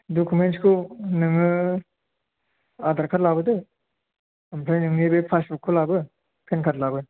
डकुमेन्ट्सखौ नोङो आधार कार्ड लाबोदो ओमफ्राय नोंनि बे पासबुकखौ लाबो पेन कार्ड लाबो